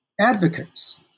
advocates